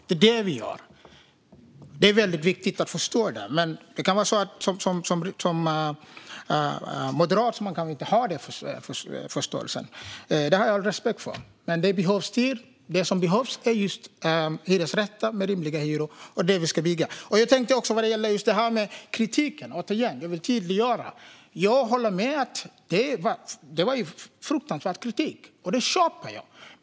Det är det vi gör, och det är väldigt viktigt att förstå det. Som moderat kanske man inte har den förståelsen, och det har jag respekt för. Men det som behövs är just hyresrätter med rimliga hyror, och det är det vi ska bygga. Vad gäller detta med kritiken vill jag återigen tydliggöra att jag håller med om att kritiken var fruktansvärd och att jag köper den.